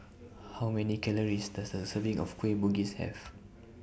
How Many Calories Does A Serving of Kueh Bugis Have